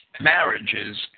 marriages